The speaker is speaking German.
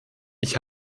ich